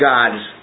God's